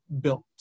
built